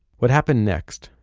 what happened next,